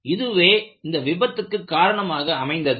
இதுவே இந்த விபத்துக்கு காரணமாக அமைந்தது